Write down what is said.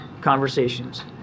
conversations